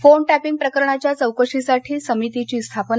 phone tapping प्रकरणाच्या चौकशीसाठी समितीची स्थापना